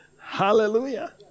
Hallelujah